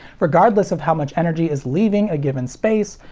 regardless of how much energy is leaving a given space,